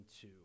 two